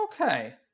Okay